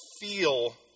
feel